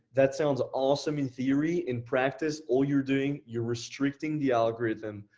that sounds awesome in theory. in practice, all you're doing, you're restricting the algorithm,